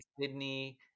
Sydney